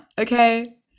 okay